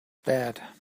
dead